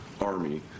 Army